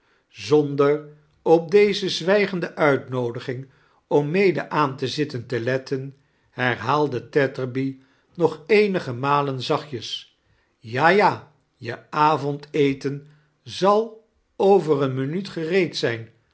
zonder op deze zwijgende uitnoodiging om mede aaja te zitten te letten herhaalde tetterby nog eenige malen zachtjee ja ja je avondeten zal over eene minuut gereed zijn